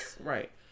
right